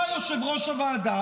בא יושב-ראש הוועדה,